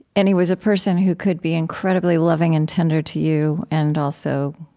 and he was a person who could be incredibly loving and tender to you and, also,